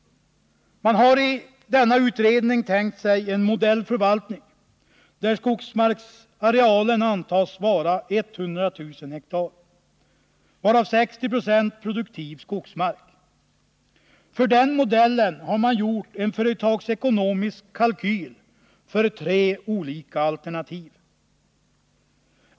Man har i utredningen tänkt sig en modellförvaltning där skogsmarksarealen antas vara 100 000 ha, varav 6096 produktiv skogsmark. För den modellen har man gjort en företagsekonomisk kalkyl för tre olika alternativ.